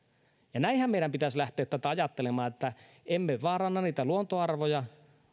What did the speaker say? näinhän meidän pitäisi lähteä tätä ajattelemaan että emme vaaranna niitä luontoarvoja